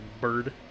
Bird